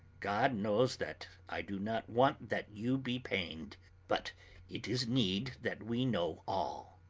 god knows that i do not want that you be pained but it is need that we know all.